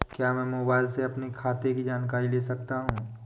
क्या मैं मोबाइल से अपने खाते की जानकारी ले सकता हूँ?